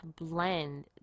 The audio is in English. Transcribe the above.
blend